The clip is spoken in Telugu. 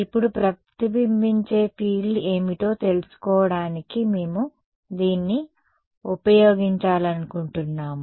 ఇప్పుడు ప్రతిబింబించే ఫీల్డ్ ఏమిటో తెలుసుకోవడానికి మేము దీన్ని ఉపయోగించాలనుకుంటున్నాము